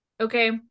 okay